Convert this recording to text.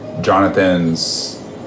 Jonathan's